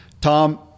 Tom